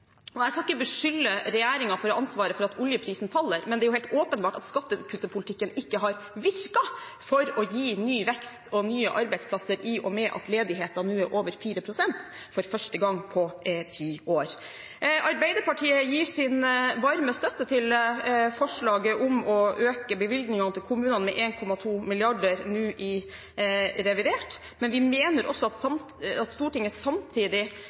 ledighet. Jeg skal ikke beskylde regjeringen for å ha ansvaret for at oljeprisen faller, men det er jo helt åpenbart at skattekuttpolitikken ikke har virket for å gi ny vekst og nye arbeidsplasser, i og med at ledigheten nå er over 4 pst. for første gang på ti år. Arbeiderpartiet gir sin varme støtte til forslaget om å øke bevilgningene til kommunene med 1,2 mrd. kr nå i revidert, men vi mener også at Stortinget samtidig